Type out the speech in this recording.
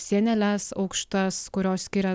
sieneles aukštas kurios skiria